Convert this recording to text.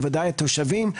בוודאי התושבים,